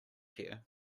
here